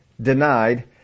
denied